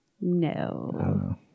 No